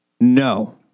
No